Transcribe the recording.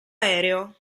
aereo